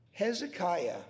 Hezekiah